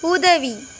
உதவி